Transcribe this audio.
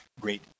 great